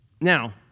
Now